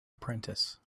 apprentice